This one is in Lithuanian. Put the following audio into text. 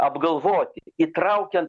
apgalvoti įtraukian